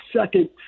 second